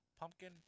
Pumpkin